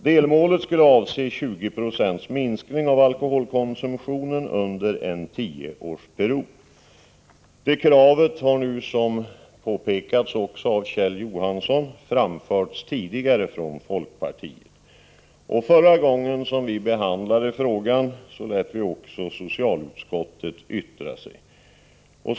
Delmålet skulle vara 20 20 minskning av alkoholkonsumtionen under en tioårsperiod. Det kravet har, som nyss påpekats av Kjell Johansson, framförts tidigare av folkpartiet. Förra gången som utskottet behandlade frågan lät vi också socialutskottet yttra sig i ärendet.